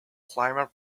clymer